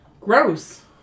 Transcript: Gross